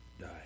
die